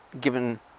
given